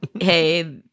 hey